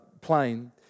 plane